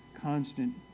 constant